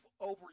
over